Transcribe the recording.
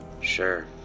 Sure